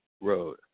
road